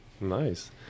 Nice